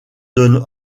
donne